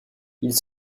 ils